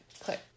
click